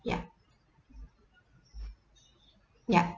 yup yup